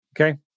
okay